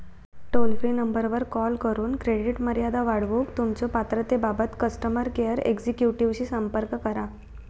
toll free नंबरवर call करून credit मर्यादा वाढवूक तुमच्यो पात्रतेबाबत कस्टमर केअर एक्झिक्युटिव्हशी संपर्क करा